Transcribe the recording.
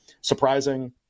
surprising